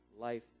life